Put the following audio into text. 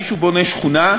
מישהו בונה שכונה,